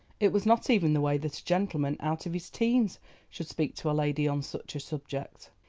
it was not even the way that a gentleman out of his teens should speak to a lady on such a subject.